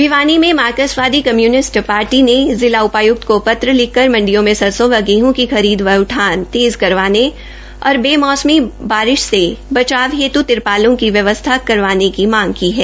भिवानी में मार्कसवादी communist party ने जिला उ ायुक्त को त्र लिखकर मंडियों में सरसों व गेहं की खरीद व उठान तेज करवाने और बैमौसमी बारिश से बचाव हेत् तिर ालों की व्यवस्था करवाने की मांग की है